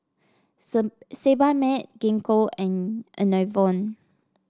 Sebamed Gingko and Enervon